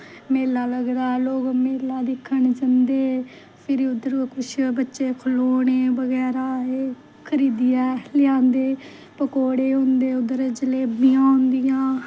मेला लगदा लोग मेला दिक्खन जंदे फिरी उध्दर कुश बच्चे खलोने बगैरा ओह् खरीदियै लेआंदे पकौड़े होंदे उध्दर जलेबियां होंदियां